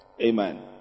Amen